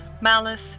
Malice